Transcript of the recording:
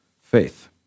faith